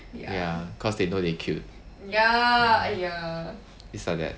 ya cause they know they cute it's like that